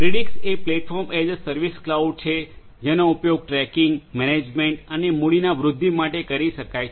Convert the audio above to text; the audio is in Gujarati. પ્રિડિક્સ એ platform as a service cloud છે જેનો ઉપયોગ ટ્રેકિંગ મેનેજમેન્ટ અને મૂડીના વૃદ્ધિ માટે કરી શકાય છે